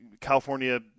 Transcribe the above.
California